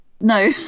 no